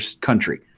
country